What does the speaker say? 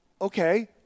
okay